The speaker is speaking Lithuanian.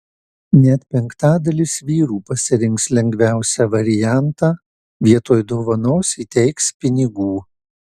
net penktadalis vyrų pasirinks lengviausią variantą vietoj dovanos įteiks pinigų